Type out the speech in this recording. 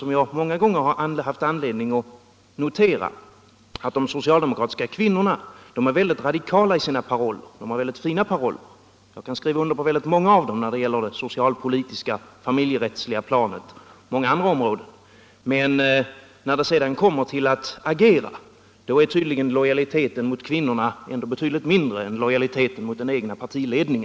Jag har många gånger haft anledning att notera att de socialdemokratiska kvinnorna är mycket radikala i sina paroller och att de har mycket fina paroller — jag kan skriva under många av deras paroller på de socialpolitiska och familjerättsliga planen och på många andra områden — men när det sedan gäller att agera är tydligen lojaliteten mot kvinnorna betydligt mindre än lojaliteten mot den egna